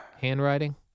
Handwriting